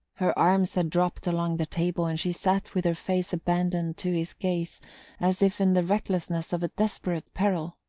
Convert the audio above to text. her arms had dropped along the table, and she sat with her face abandoned to his gaze as if in the recklessness of a desperate peril.